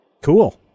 Cool